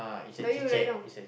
like you right now